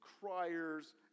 criers